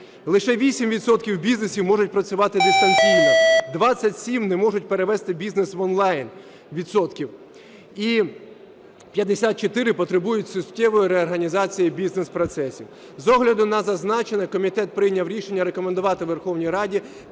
бізнесу можуть працювати дистанційно, 27 відсотків не можуть перевести бізнес в онлайн і 54 – потребують суттєвої реорганізації бізнес-процесів. З огляду на зазначене комітет прийняв рішення рекомендувати Верховній Раді